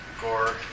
Gore